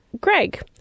Greg